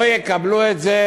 לא יקבלו את זה,